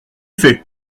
fait